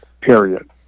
period